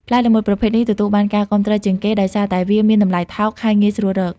ផ្លែល្មុតប្រភេទនេះទទួលបានការគាំទ្រជាងគេដោយសារតែវាមានតម្លៃថោក ហើយងាយស្រួលរក។